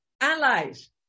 allies